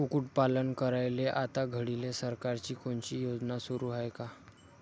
कुक्कुटपालन करायले आता घडीले सरकारची कोनची योजना सुरू हाये का?